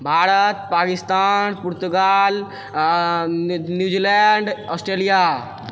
भारत पाकिस्तान पुर्तगाल New Zealand Australia